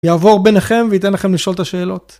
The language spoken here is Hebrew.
יעבור ביניכם ויתן לכם לשאול את השאלות.